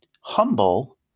humble